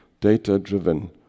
data-driven